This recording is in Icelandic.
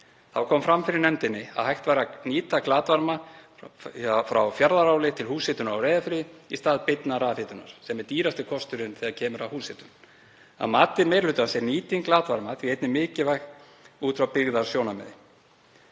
Þá kom fram fyrir nefndinni að hægt væri að nýta glatvarma frá Fjarðaáli til húshitunar á Reyðarfirði í stað beinnar rafhitunar sem er dýrasti kosturinn þegar kemur að húshitun. Að mati meiri hlutans er nýting glatvarma því einnig mikilvæg út frá byggðasjónarmiði.